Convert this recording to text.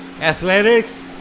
Athletics